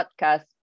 podcast